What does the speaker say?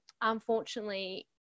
unfortunately